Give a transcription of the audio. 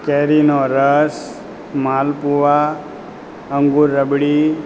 કેરીનો રસ માલપુવા અંગૂર રબડી